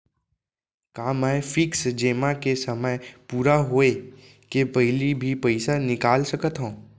का मैं फिक्स जेमा के समय पूरा होय के पहिली भी पइसा निकाल सकथव?